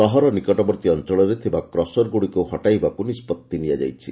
ସହର ନିକଟବର୍ତ୍ତୀ ଅଞ୍ଞଳରେ ଥବା କ୍ରସରଗୁଡ଼ିକୁ ହଟାଇବାକୁ ନିଷ୍ବଭି ନିଆଯାଇଛି